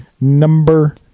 number